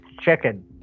chicken